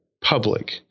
public